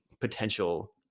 potential